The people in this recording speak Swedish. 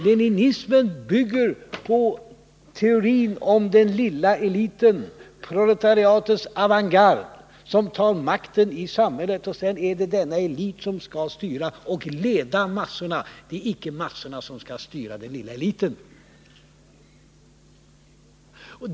Leninismen bygger på teorin om den lilla eliten, proletariatets avantgarde, som tar makten i samhället. Sedan är det denna elit som skall styra och leda massorna — det är icke massorna som skall styra den lilla eliten.